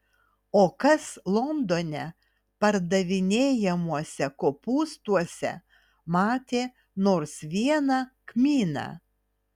o kas londone pardavinėjamuose kopūstuose matė nors vieną kmyną